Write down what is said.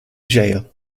jail